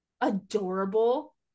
adorable